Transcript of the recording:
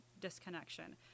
disconnection